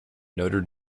notre